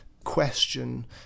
question